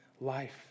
life